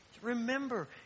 Remember